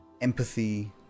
empathy